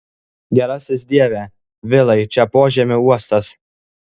gerasis dieve vilai čia požemių uostas